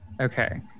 Okay